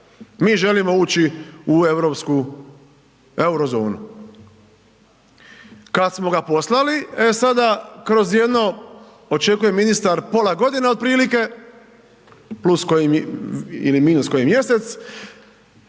mi želimo ući u europsku Eurozonu. Kad smo ga poslali, e sada kroz jedno očekuje ministar pola godine otprilike plus koji ili